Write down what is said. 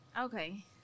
Okay